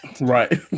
right